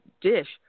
DISH